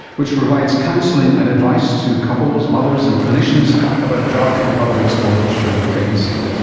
which provides counselling and advice to couples, mothers and clinicians about drug and other exposures during pregnancy.